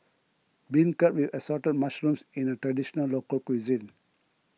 Beancurd with Assorted Mushrooms is a Traditional Local Cuisine